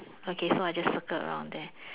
okay so I just circle around there